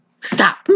Stop